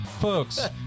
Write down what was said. Folks